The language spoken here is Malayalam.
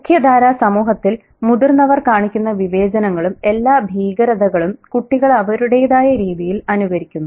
മുഖ്യധാരാ സമൂഹത്തിൽ മുതിർന്നവർ കാണിക്കുന്ന വിവേചനങ്ങളും എല്ലാ ഭീകരതകളും കുട്ടികൾ അവരുടേതായ രീതിയിൽ അനുകരിക്കുന്നു